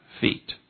feet